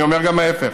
אני אומר גם ההפך.